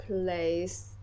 place